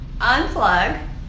unplug